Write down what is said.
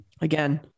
again